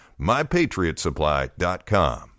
MyPatriotsupply.com